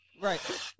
right